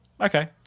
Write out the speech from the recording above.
Okay